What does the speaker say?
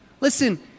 Listen